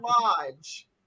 lodge